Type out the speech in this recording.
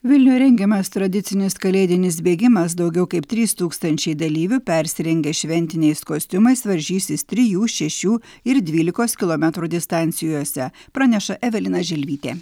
vilniuje rengiamas tradicinis kalėdinis bėgimas daugiau kaip trys tūkstančiai dalyvių persirengę šventiniais kostiumais varžysis trijų šešių ir dvylikos kilometrų distancijose praneša evelina želvytė